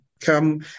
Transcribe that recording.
come